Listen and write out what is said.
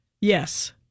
Yes